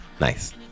Nice